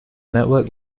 network